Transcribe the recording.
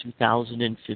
2015